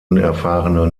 unerfahrene